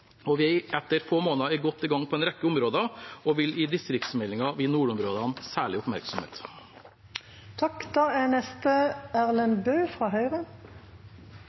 Vi er etter få måneder godt i gang på en rekke områder og vil i den kommende distriktsmeldingen vie nordområdene særlig oppmerksomhet. Takk for svaret fra statsråden. Jeg synes det er